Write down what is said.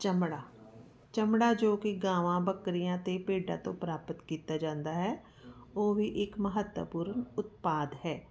ਚਮੜਾ ਚਮੜਾ ਜੋ ਕਿ ਗਾਵਾਂ ਬੱਕਰੀਆਂ ਤੇ ਭੇਡਾਂ ਤੋਂ ਪ੍ਰਾਪਤ ਕੀਤਾ ਜਾਂਦਾ ਹੈ ਉਹ ਵੀ ਇੱਕ ਮਹੱਤਵਪੂਰਨ ਉਤਪਾਦ ਹੈ